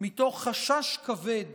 מתוך חשש כבד